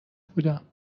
بودم